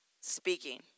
speaking